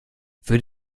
würde